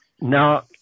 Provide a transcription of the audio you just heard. now